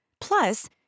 Plus